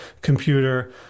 computer